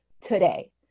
today